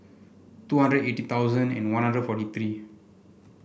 two hundred eighty thousand and One Hundred forty three